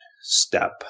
step